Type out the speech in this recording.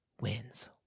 wins